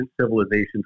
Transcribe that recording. civilizations